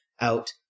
out